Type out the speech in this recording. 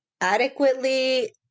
adequately